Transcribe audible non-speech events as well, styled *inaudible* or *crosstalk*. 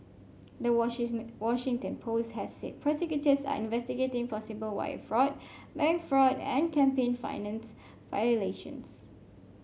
the *unintelligible* Washington Post has said prosecutors are investigating possible wire fraud bank fraud and campaign finance violations